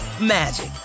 magic